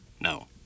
No